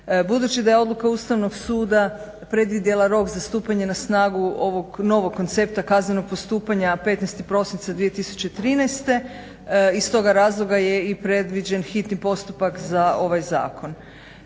Budući da je odluka Ustavnog suda predvidjela rok za stupanje na snagu ovog novog koncepta kaznenog postupanja 15. prosinca 2013. Iz toga razloga je i predviđen hitni postupak za ovaj zakon.